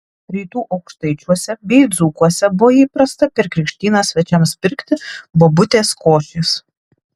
rytų aukštaičiuose bei dzūkuose buvo įprasta per krikštynas svečiams pirkti bobutės košės